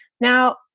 Now